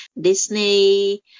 Disney